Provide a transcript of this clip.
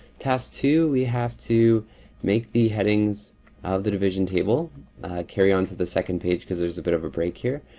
task two we have to make the headings of the division table carry on to the second page cause there's a bit of a break here.